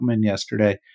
yesterday